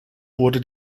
wurde